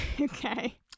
okay